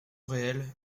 réelle